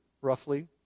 roughly